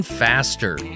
faster